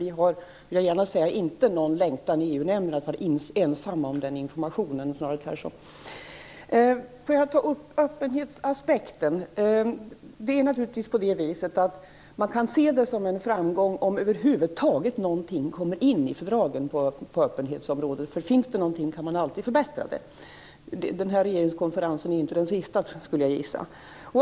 Vi i EU-nämnden har inte någon längtan att vara ensamma om den informationen, snarare tvärtom. Jag vill ta upp öppenhetsaspekten. Man kan naturligtvis se det som en framgång om någonting om öppenhet över huvud taget kommer in i fördragen. Om där finns något kan man ju alltid förbättra det. Regeringskonferensen är inte den sista, skulle jag gissa.